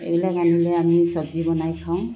এইবিলাক আনিলে আমি চব্জি বনাই খাওঁ